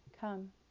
Come